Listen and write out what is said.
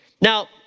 Now